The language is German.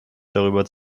darüber